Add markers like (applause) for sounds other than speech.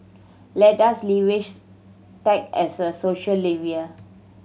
let us (unintelligible) tech as a social (unintelligible)